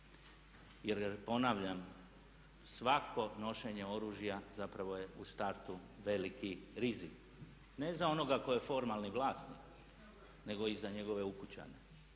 Jer ponavljam, svako nošenje oružja zapravo je u startu veliki rizik. Ne za onoga koji je formalni vlasnik nego i za njegove ukućane.